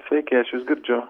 sveiki aš jus girdžiu